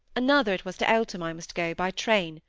another it was to eltham i must go, by train,